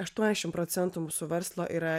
aštuoniasdešim procentų mūsų verslo yra